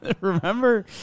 remember